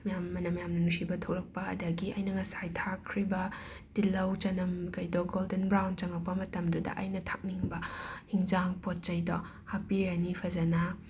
ꯃꯌꯥꯝ ꯃꯅꯝ ꯃꯌꯥꯝ ꯅꯨꯡꯁꯤꯕ ꯊꯣꯛꯔꯛꯄ ꯑꯗꯒꯤ ꯑꯩꯅ ꯉꯁꯥꯏ ꯊꯥꯛꯈ꯭ꯔꯤꯕ ꯇꯤꯜꯍꯧ ꯆꯅꯝ ꯈꯩꯗꯣ ꯒꯣꯜꯗꯟ ꯕ꯭ꯔꯥꯎꯟ ꯆꯪꯉꯛꯄ ꯃꯇꯝꯗꯨꯗ ꯑꯩꯅ ꯊꯥꯛꯅꯤꯡꯕ ꯍꯤꯟꯖꯥꯡ ꯄꯣꯠ ꯆꯩꯗꯣ ꯍꯥꯞꯄꯤꯔꯅꯤ ꯐꯖꯅ